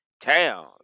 town